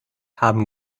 haben